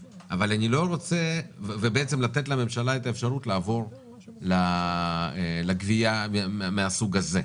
ולתת לממשלה את האפשרות לעבור לגבייה מן הסוג הזה.